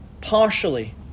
partially